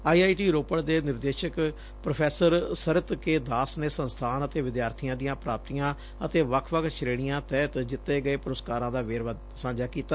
I I T Ropar ਦੇ ਨਿਰਦੇਸ਼ਕ prof Sarit K Das ਨੇ ਸੰਸਬਾਨ ਅਤੇ ਵਿਦਿਆਬੀਆਂ ਦੀਆਂ ਪ੍ਰਾਪਤੀਆਂ ਅਤੇ ਵੱਖ ਸ਼ੇਣੀਆਂ ਤਹਿਤ ਜਿੱਤੇ ਗਏ ਪੁਰਸਕਾਰਾਂ ਦਾ ਵੇਰਵਾ ਸਾਂਝਾ ਕੀਤਾ